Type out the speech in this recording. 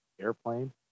airplane